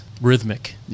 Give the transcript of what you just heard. rhythmic